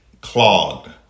clogged